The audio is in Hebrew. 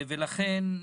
לכן,